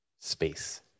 Space